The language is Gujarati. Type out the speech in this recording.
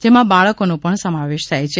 જેમાં બાળકોનો પણ સમાવેશ થાય છે